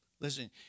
Listen